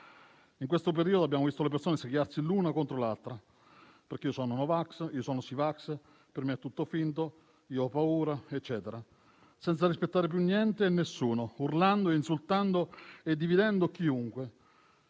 In questo periodo abbiamo visto le persone scagliarsi l'una contro l'altra - io sono no vax, io sono sì vax, per me è tutto finto, io ho paura, eccetera - senza rispettare più niente e nessuno, urlando e insultando chiunque.